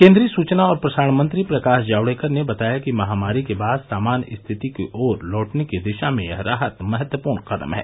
केन्द्रीय सुचना और प्रसारण मंत्री प्रकाश जावडेकर ने बताया कि महामारी के बाद सामान्य रिथिति की ओर लौटने की दिशा में यह राहत महत्वपूर्ण कदम है